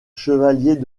chevalier